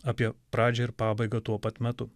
apie pradžią ir pabaigą tuo pat metu